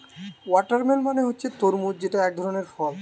watermelon মানে হচ্ছে তরমুজ যেটা একধরনের ফল